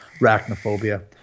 arachnophobia